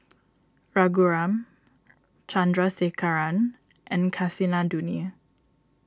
Raghuram Chandrasekaran and Kasinadhuni